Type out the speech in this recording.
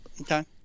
Okay